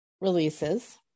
releases